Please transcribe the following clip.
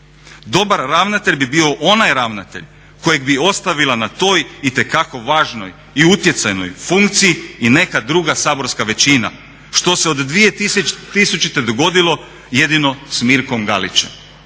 Dobar ravnatelj bi bio onaj ravnatelj kojeg bi ostavila na toj itekako važnoj i utjecajnoj funkciji i neka druga saborska većina što se od 2000. dogodilo jedino s Mirkom Galićem